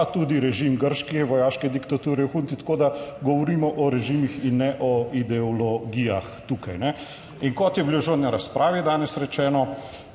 pa tudi režim grške vojaške diktature v hunti, tako da govorimo o režimih in ne o ideologijah tukaj. In kot je bilo že na razpravi danes rečeno,